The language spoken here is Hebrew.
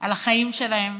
על החיים שלהם